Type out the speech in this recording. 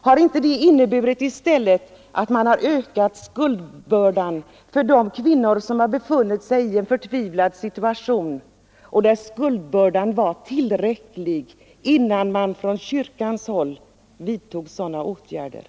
Har inte det inneburit att man i stället har ökat skuldbördan för de kvinnor som befunnit sig i en förtvivlad situation, där bördan var mer än tillräcklig innan man från kyrkans håll vidtog sådana åtgärder?